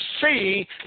see